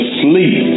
sleep